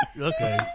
Okay